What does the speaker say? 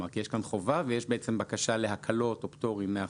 יש כאן חובה ויש בקשה להקלות או פטורים מהחובה.